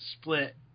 split